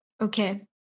Okay